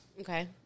Okay